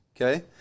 Okay